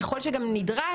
ככל שגם נדרש,